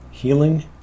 healing